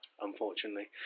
unfortunately